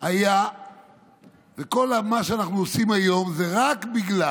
היה וכל מה שאנחנו עושים היום זה רק בגלל,